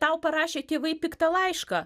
tau parašė tėvai piktą laišką